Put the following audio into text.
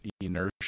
inertia